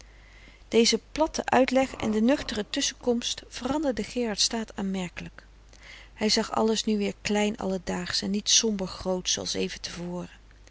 deze platte uitleg en de nuchtere tusschenkomst veranderden gerard's staat aanmerkelijk hij zag alles nu weer klein alledaagsch en niet somber grootsch zooals even te